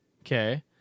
Okay